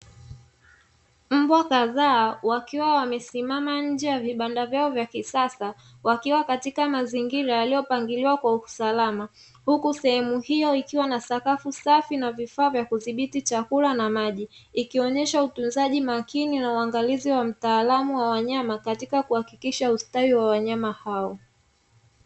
Mbwa kadhaa wakiwa wamesimama nje ya vibanda vyao vya kisasa; wakiwa katika mazingira yaliyopangiliwa kwa usalama. Huku sehemu hiyo ikiwa na sakafu safi na vifaa vya kudhibiti chakula na maji, ikionyesha utunzaji makini na uangalizi wa mtaalamu wa wanyama katika kuhakikisha ustawi wa wanyama hao.